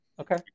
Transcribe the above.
Okay